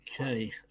Okay